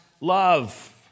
love